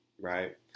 right